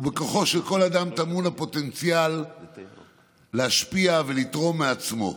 ובכוחו של כל אדם טמון הפוטנציאל להשפיע ולתרום מעצמו.